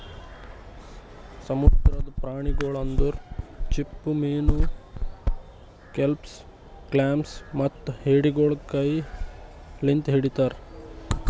ಸಮುದ್ರದ ಪ್ರಾಣಿಗೊಳ್ ಅಂದುರ್ ಚಿಪ್ಪುಮೀನು, ಕೆಲ್ಪಸ್, ಕ್ಲಾಮ್ಸ್ ಮತ್ತ ಎಡಿಗೊಳ್ ಕೈ ಲಿಂತ್ ಹಿಡಿತಾರ್